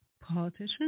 politician